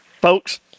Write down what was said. folks